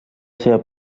seva